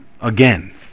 again